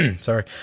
sorry